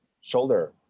shoulder